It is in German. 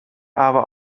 aber